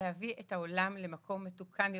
להביא את העולם למקום מתוקן יותר,